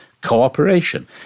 cooperation